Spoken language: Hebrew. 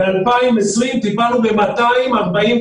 ב-2020 טיפלנו ב-242.